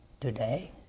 today